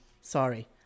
Sorry